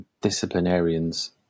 disciplinarians